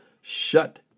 shut